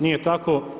Nije tako.